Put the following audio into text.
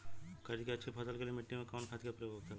खरीद के अच्छी फसल के लिए मिट्टी में कवन खाद के प्रयोग होखेला?